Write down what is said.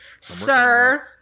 sir